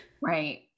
Right